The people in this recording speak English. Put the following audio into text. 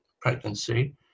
pregnancy